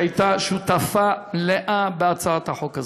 שהייתה גם שותפה מלאה בהצעת החוק,